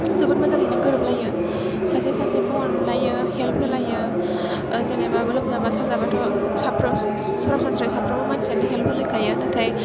जोबोर मोजाङैनो गोरोबलायो सासे सासेखौ अनलायो हेल्प होलायो जेनेबा लोमजाब्ला साजाब्ला थ' साफ्रस सरासनस्रायै साफ्रोमबो मानसियानो हेल्प होलाय खायो नाथाय